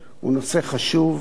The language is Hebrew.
הוא נושא חשוב,